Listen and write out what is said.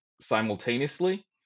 simultaneously